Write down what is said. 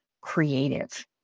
creative